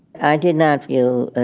i did not feel ah